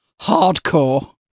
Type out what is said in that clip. hardcore